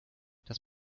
das